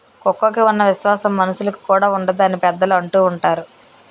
కుక్కకి ఉన్న విశ్వాసం మనుషులుకి కూడా ఉండదు అని పెద్దలు అంటూవుంటారు